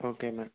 okay madam